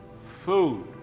food